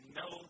no